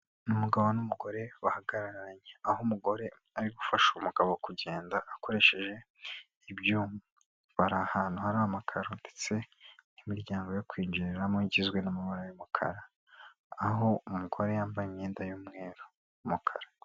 Umugabo n'umugore bahagararanye, aho umugore ari gufasha umugabo kugenda akoresheje ibyuma, bari ahantu hari amakararo ndetse n'imiryango yo kwinjiriramo igizwe n'amabara y'umukara, aho umugore yambaye imyenda y'umweru n'umukara.